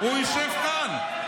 הוא יושב כאן.